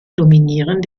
dominieren